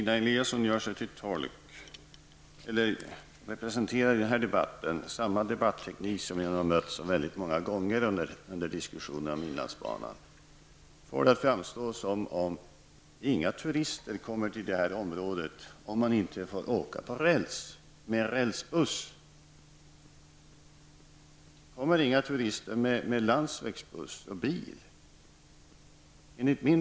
Fru talman! Stina Eliasson använder i den här debatten samma debatteknik som jag har mött så många gånger under diskussionen om inlandsbanan. Hon får det att framstå som om inga turister skulle komma till området om man inte får åka på räls med rälsbuss. Det skulle i så fall inte komma några turister med landsvägsbuss och bil.